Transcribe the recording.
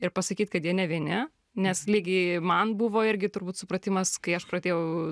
ir pasakyt kad jie ne vieni nes lygiai man buvo irgi turbūt supratimas kai aš pradėjau